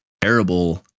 terrible